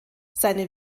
seine